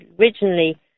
originally